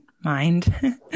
mind